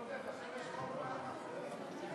ההצעה להעביר את הצעת חוק שיקום,